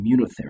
immunotherapy